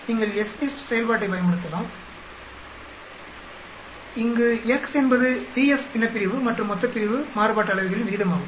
நீங்கள் FDIST செயல்பாட்டைப் பயன்படுத்தலாம் இங்கு x என்பது df பின்னப்பிரிவு மற்றும் மொத்தப்பிரிவு மாறுபாட்டு அளவைகளின் விகிதமாகும்